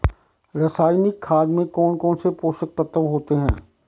रासायनिक खाद में कौन कौन से पोषक तत्व होते हैं?